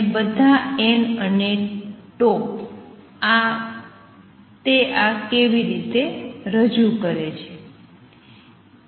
અને બધાં n અને 𝜏 તે આ કેવી રીતે રજૂ કરે છે